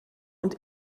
und